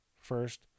First